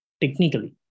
technically